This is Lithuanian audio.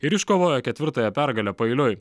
ir iškovojo ketvirtąją pergalę paeiliui